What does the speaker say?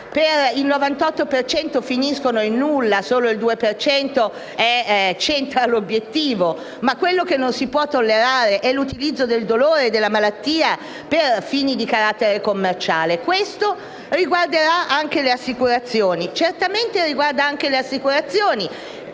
solo il 2 per cento di queste centra l'obiettivo. Quello che però non si può tollerare è l'utilizzo del dolore e della malattia per fini di carattere commerciale. Questo riguarderà anche le assicurazioni, certamente riguarda anche le assicurazioni: